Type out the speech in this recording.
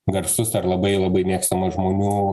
garsus ar labai labai mėgstamas žmonių